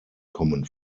kommen